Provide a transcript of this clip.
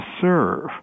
serve